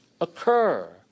occur